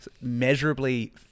measurably